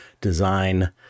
design